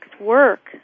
work